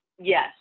yes